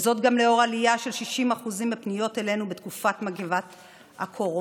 וזאת גם לאור עלייה של 60% בפניות אלינו בתקופת מגפת הקורונה.